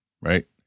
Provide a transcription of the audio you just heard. right